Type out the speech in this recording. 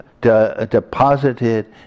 deposited